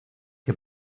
que